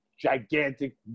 gigantic